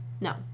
No